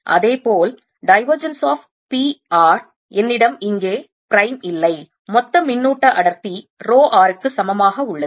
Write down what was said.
அதே போல் divergence of p r என்னிடம் இங்கே பிரைம் இல்லை மொத்த மின்னூட்ட அடர்த்தி ரோ r க்கு சமமாக உள்ளது